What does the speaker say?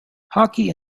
hockey